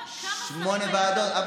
שמונה ועדות.